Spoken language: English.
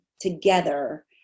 together